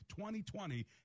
2020